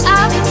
up